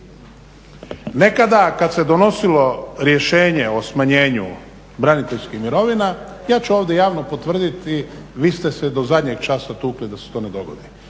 Nekada kada se donosilo rješenje o smanjenju braniteljskih mirovina ja ću ovdje javno potvrditi vi ste se do zadnjeg časa tukli da se to ne dogodi